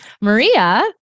Maria